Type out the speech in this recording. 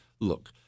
Look